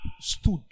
stood